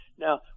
Now